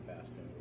fasting